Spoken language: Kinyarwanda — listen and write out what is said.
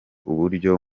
uburyo